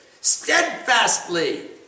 Steadfastly